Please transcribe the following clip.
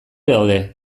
daude